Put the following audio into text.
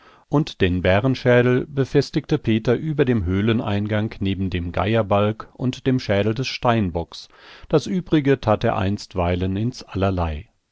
und den bärenschädel befestigte peter über dem höhleneingang neben dem geierbalg und dem schädel des steinbocks das übrige tat er einstweilen ins allerlei